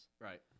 Right